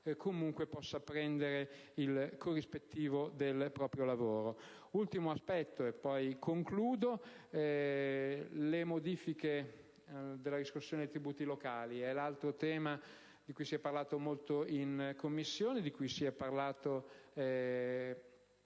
comunque possa prendere il corrispettivo del proprio lavoro. Infine, le modifiche della riscossione dei tributi locali è l'altro tema di cui si è parlato molto in Commissione, e spesso oggi, qui in